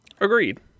Agreed